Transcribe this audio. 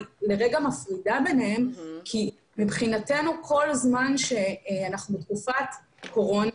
אני לרגע מפרידה ביניהם כי מבחינתנו כל זמן שאנחנו בתקופת קורונה